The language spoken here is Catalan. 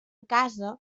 casa